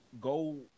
go